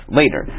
later